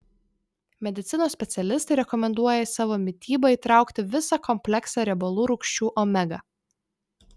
medicinos specialistai rekomenduoja į savo mitybą įtraukti visą kompleksą riebalų rūgščių omega